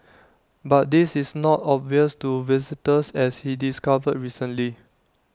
but this is not obvious to visitors as he discovered recently